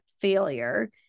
failure